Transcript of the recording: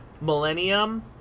Millennium